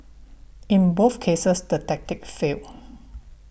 in both cases the tactic failed